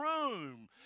room